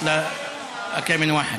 (אומר בערבית: